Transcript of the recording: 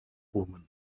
woman